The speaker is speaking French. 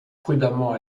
prudemment